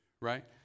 Right